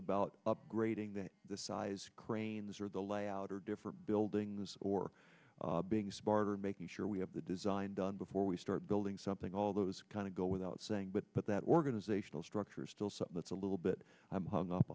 about upgrading the size cranes or the layout or different buildings or being smarter and making sure we have the design done before we start building something all those kind of go without saying but but that organizational structure is still so that's a little bit hung up